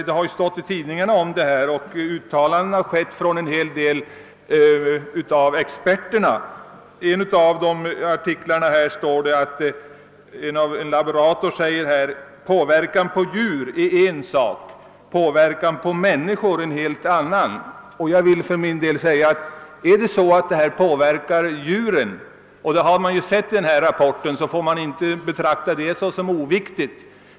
Det har ju stått i tidningarna om saken, och uttalanden har gjorts av ett flertal experter. En laborator säger: >Påverkan på djur är en sak, påverkan på människor en helt annan.» Jag anser för min del att om detta påverkar djuren — och det gör det ju enligt den nyssnämnda rapporten — får vi inte betrakta detta som oviktigt.